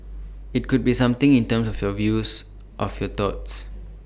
IT could be something in terms of your views of your thoughts